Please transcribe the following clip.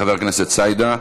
חבר הכנסת סידה.